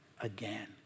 again